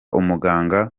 umuganga